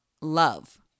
love